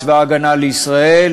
צבא הגנה לישראל,